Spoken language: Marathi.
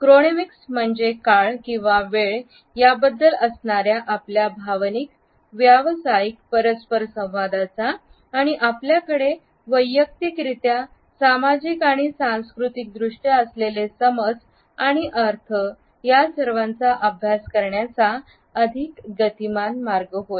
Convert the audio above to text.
क्रोनोमिक्स म्हणजे काळ किंवा वेळ याबद्दल असणाऱ्या आपल्या भावनिक व्यावसायिक परस्परसंवादाचा आणि आपल्याकडे वैयक्तिकरित्या सामाजिक आणि सांस्कृतिकदृष्ट्या असलेले समज आणि अर्थ या सर्वांचा अभ्यास करण्याचा अधिक गतिमान मार्ग होय